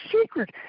secret